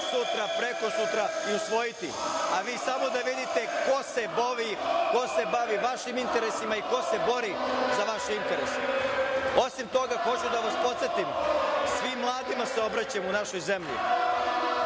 sutra, prekosutra usvojiti, a vi samo da vidite ko se bavi vašim interesima i ko se bori za vaše interese. Osim toga hoću da vas podsetim, svim mladima se obraćam u našoj zemlji,